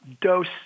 dose